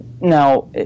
now